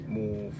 more